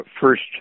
first